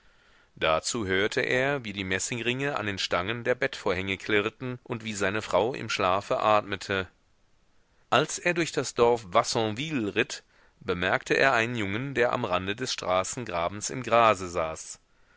dazu hörte er wie die messingringe an den stangen der bettvorhänge klirrten und wie seine frau im schlafe atmete als er durch das dorf vassonville ritt bemerkte er einen jungen der am rande des straßengrabens im grase saß